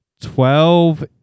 Twelve